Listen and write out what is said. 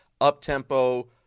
up-tempo